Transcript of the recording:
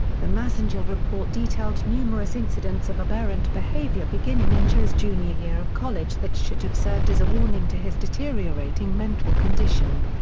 the massengill report detailed numerous incidents of aberrant behavior beginning in cho's junior year of college that should have served as a warning to his deteriorating mental condition.